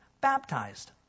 baptized